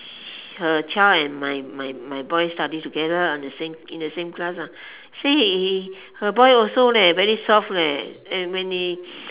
her child and my my my boy study together lah on the same in the same class ah say he her boy also leh very soft leh and when they